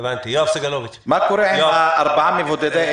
מה קורה עם ארבעת המבודדים?